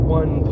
one